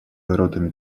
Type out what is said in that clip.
воротами